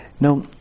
Now